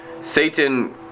Satan